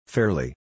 Fairly